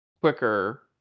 quicker